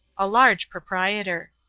a large proprietor.